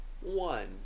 one